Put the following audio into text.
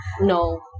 No